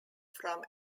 from